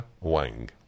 Wang